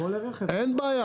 אין בעיה.